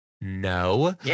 No